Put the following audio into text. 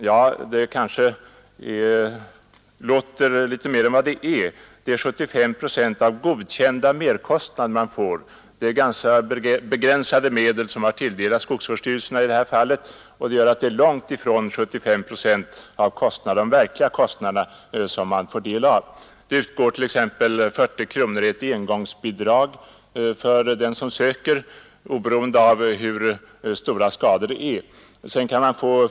Det låter kanske som om det vore mer än det faktiskt är. Det är 75 procent av godkända merkostnader man får. Skogsvårdsstyrelserna tilldelas ganska begränsade medel i det här fallet, och detta gör att det är långt ifrån 75 procent av de verkliga kostnaderna man får bidrag till. Det utgår ett engångsbidrag om 40 kronor, oberoende av hur stora kostnaderna är.